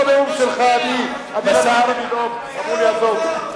אותו נאום שלך, אני ורוני מילוא, אמרו לי "עזוב".